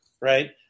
right